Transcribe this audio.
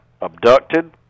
abducted